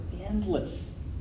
endless